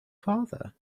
father